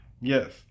Yes